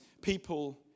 people